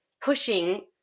pushing